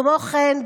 כמו כן,